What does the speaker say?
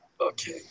Okay